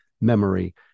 memory